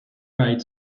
raid